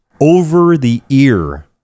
over-the-ear